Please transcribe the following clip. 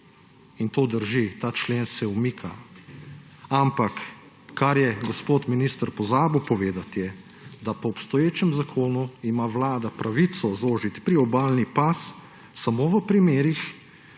In to drži. Ta člen se umika. Ampak kar je gospod minister pozabil povedati, je, da po obstoječem zakonu ima vlada pravica zožiti priobalni pas samo v primerih,